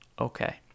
Okay